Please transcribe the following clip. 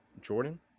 Jordan